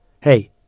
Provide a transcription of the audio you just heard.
Hey